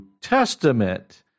Testament